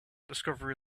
discovery